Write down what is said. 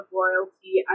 royalty